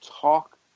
talk